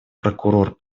прокурор